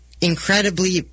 incredibly